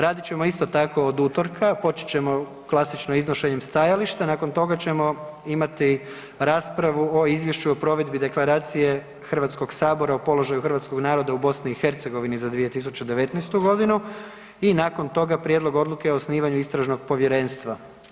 Radit ćemo isto tako od utorka, počet ćemo klasično, iznošenjem stajališta, nakon toga ćemo imati raspravu o Izvješću o provedbi Deklaracije Hrvatskoga sabora o položaju hrvatskog naroda u BiH za 2019. g. i nakon toga Prijedlog Odluke o osnivanju Istražnog povjerenstva.